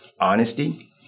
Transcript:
honesty